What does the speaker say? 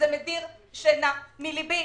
מדיר שינה מלבי.